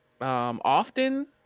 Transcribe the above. Often